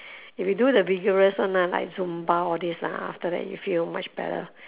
if you do the vigorous [one] lah like zumba all this lah after that you feel much better